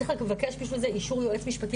צריך לבקש בשביל זה אישור מיועץ משפטי